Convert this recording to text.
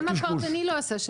גם הפרטני לא עשה שבע שנים.